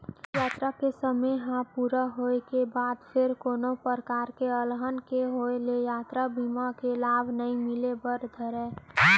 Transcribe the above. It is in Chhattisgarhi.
यातरा के समे ह पूरा होय के बाद फेर कोनो परकार ले अलहन के होय ले यातरा बीमा के लाभ नइ मिले बर धरय